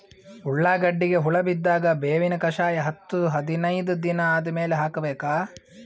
ಉಳ್ಳಾಗಡ್ಡಿಗೆ ಹುಳ ಬಿದ್ದಾಗ ಬೇವಿನ ಕಷಾಯ ಹತ್ತು ಹದಿನೈದ ದಿನ ಆದಮೇಲೆ ಹಾಕಬೇಕ?